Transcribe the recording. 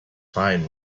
fine